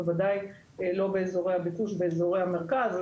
בוודאי לא באזורי הביקוש, באזורי המרכז.